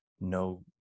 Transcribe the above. no